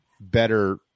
better